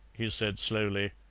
he said slowly.